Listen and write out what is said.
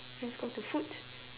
let's go to food